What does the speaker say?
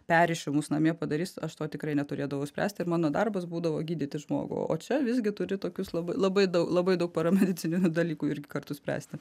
perrišimus namie padarys aš to tikrai neturėdavau spręsti ir mano darbas būdavo gydyti žmogų o čia visgi turi tokius la labai daug labai daug paramedicininių dalykų kartu spręsti